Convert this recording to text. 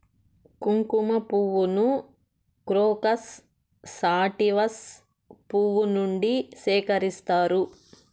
కుంకుమ పువ్వును crocus sativus పువ్వు నుండి సేకరిస్తారు